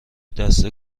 دسته